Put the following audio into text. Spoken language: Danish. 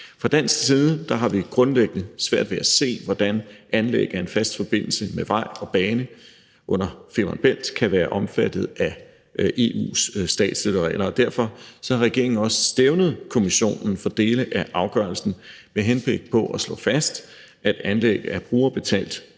Fra dansk side har vi grundlæggende svært ved at se, hvordan anlæg af en fast forbindelse med vej og bane under Femern Bælt kan være omfattet af EU's statsstøtteregler, og derfor har regeringen også stævnet Kommissionen for dele af afgørelsen med henblik på at slå fast, at anlæg af brugerbetalt